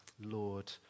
Lord